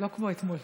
לא כמו אתמול.